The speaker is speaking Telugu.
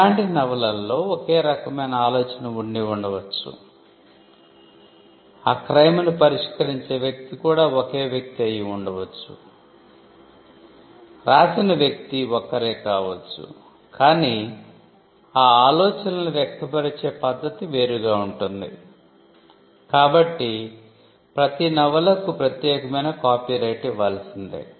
ఇలాంటి నవలలలో ఒకే రకమైన ఆలోచన ఉండి ఉండవచ్చు ఆ క్రైమ్ ను పరిష్కరించే వ్యక్తి కూడా ఒకే వ్యక్తి అయి ఉండవచ్చు రాసిన వ్యక్తి ఒక్కరే కావచ్చు కాని ఆ ఆలోచనలను వ్యక్తపరిచే పద్ధతి వేరుగా ఉంటుంది కాబట్టి ప్రతీ నవలకు ప్రత్యేకమైన కాపీరైట్ ఇవ్వాల్సిందే